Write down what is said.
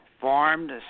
farmed